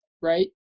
right